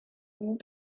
une